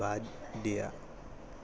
বাদ দিয়া